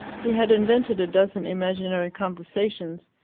he had invented a dozen imaginary conversations,